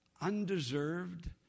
undeserved